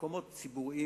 במקומות ציבוריים,